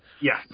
Yes